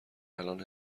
الان